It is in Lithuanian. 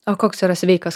o koks yra sveikas